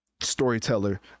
storyteller